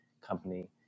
company